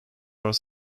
are